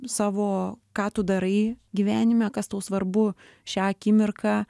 savo ką tu darai gyvenime kas tau svarbu šią akimirką